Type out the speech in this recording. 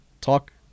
talk